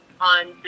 on